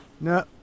No